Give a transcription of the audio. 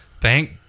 thank